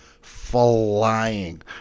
flying